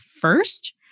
first